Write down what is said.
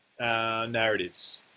narratives